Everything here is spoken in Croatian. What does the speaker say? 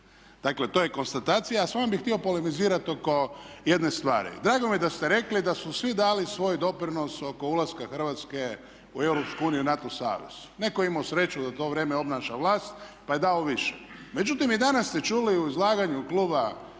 Dakle to je konstatacija. A sa vama bih htio polemizirati oko jedne stvari. Drago mi je da ste rekli da su svi dali svoj doprinos oko ulaska Hrvatske u Europsku uniju i NATO savez. Netko je imao sreću da u to vrijeme obnaša vlast pa je dao više. Međutim i danas ste čuli u izlaganju kluba SDP-a